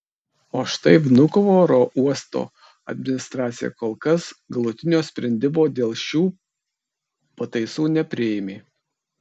o štai vnukovo oro uosto administracija kol kas galutinio sprendimo dėl šių pataisų nepriėmė